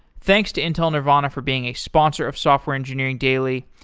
thanks to intel nervana for being a sponsor of software engineering daily,